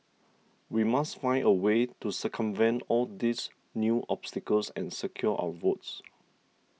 we must find a way to circumvent all these new obstacles and secure our votes